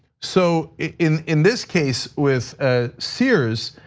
so in in this case with ah sears,